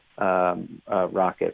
rocket